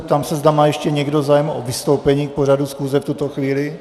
Ptám se, zda má ještě někdo zájem o vystoupení k pořadu schůze v tuto chvíli.